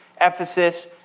Ephesus